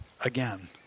again